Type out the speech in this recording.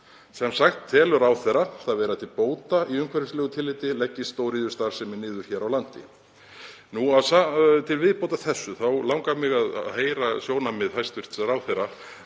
Sem sagt: Telur ráðherra það vera til bóta í umhverfislegu tilliti leggist stóriðjustarfsemi niður hér á landi? Til viðbótar þessu langar mig að heyra sjónarmið hæstv. ráðherra